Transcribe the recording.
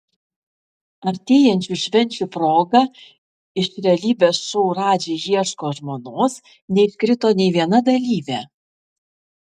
artėjančių švenčių proga iš realybės šou radži ieško žmonos neiškrito nė viena dalyvė